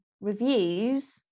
reviews